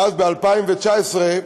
ואז, ב-2019,